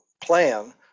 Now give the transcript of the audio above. plan